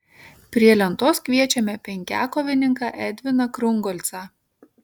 prie lentos kviečiame penkiakovininką edviną krungolcą